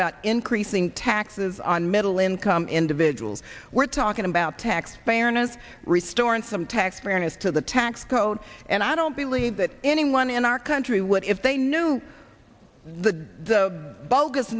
about increasing taxes on middle income individuals we're talking about tax fairness restoring some tax fairness to the tax code and i don't believe that anyone in our country would if they knew the bogus